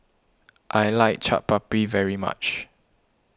I like Chaat Papri very much